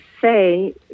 say